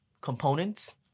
components